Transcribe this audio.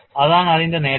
അതാണ് അതിന്റെ നേട്ടം